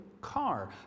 car